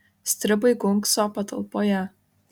stribai gunkso patalpoje